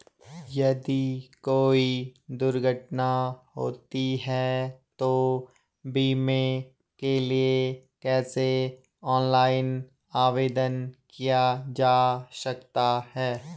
यदि कोई दुर्घटना होती है तो बीमे के लिए कैसे ऑनलाइन आवेदन किया जा सकता है?